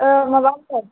ओ माबाखौ